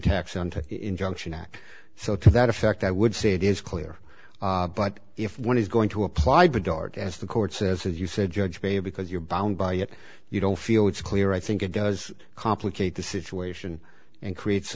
tax and injunction act so to that effect i would say it is clear but if one is going to apply bedard as the court says as you said judge breyer because you're bound by it you don't feel it's clear i think it does complicate the situation and creates